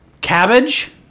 Cabbage